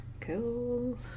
Cool